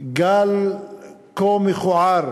גל כה מכוער